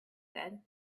said